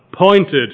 pointed